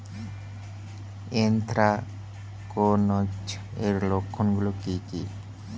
Anthracnose এর লক্ষণ গুলো কি কি?